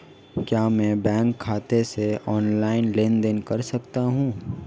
क्या मैं बैंक खाते से ऑनलाइन लेनदेन कर सकता हूं?